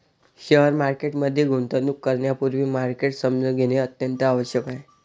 share market मध्ये गुंतवणूक करण्यापूर्वी मार्केट समजून घेणे अत्यंत आवश्यक आहे